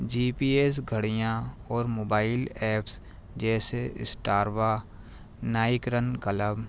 جی P S گھڑیاں اور mobile apps جیسے اسٹراوا نائک رن کلب